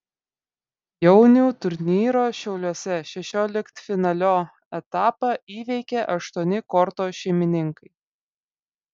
jaunių turnyro šiauliuose šešioliktfinalio etapą įveikė aštuoni korto šeimininkai